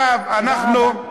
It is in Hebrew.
תודה רבה.